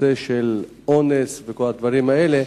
בנושא של אונס וכל הדברים האלה,